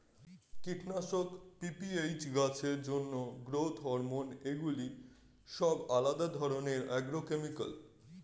কীটনাশক, পি.পি.এইচ, গাছের জন্য গ্রোথ হরমোন এগুলি সব আলাদা ধরণের অ্যাগ্রোকেমিক্যাল